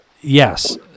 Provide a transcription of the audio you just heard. Yes